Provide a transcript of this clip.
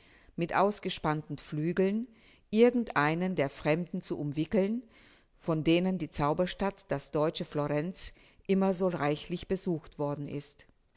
mit ausgespannten flügeln irgend einen der fremden zu umwickeln von denen die zauberstadt das deutsche florenz immer so reichlich besucht worden ist